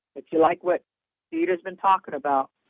if you like what theda's been talking about,